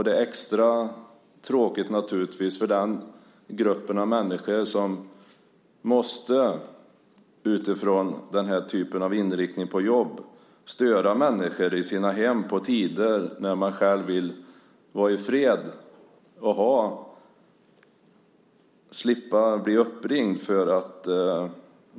Det är naturligtvis extra tråkigt för den gruppen av människor som utifrån denna typ av inriktning på jobb måste störa människor i deras hem vid tider då man vill vara ifred och slippa bli uppringd.